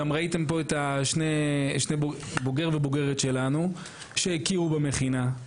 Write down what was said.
גם ראיתם פה את הבוגר והבוגרת שלנו שהכירו במכינה,